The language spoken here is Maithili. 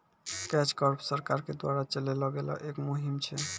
कैच कॉर्प सरकार के द्वारा चलैलो गेलो एक मुहिम छै